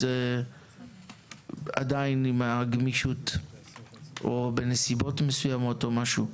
זה עם הגמישות או בנסיבות מסוימות או משהו.